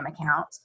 account